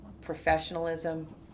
professionalism